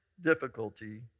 difficulty